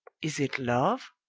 is it love?